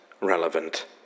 relevant